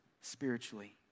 spiritually